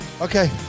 Okay